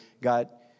got